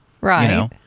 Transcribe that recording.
Right